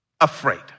afraid